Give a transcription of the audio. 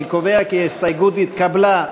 אני קובע כי ההסתייגות התקבלה.